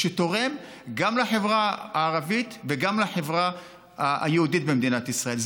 שתורם גם לחברה הערבית וגם לחברה היהודית במדינת ישראל.